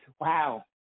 Wow